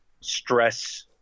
stress